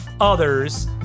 others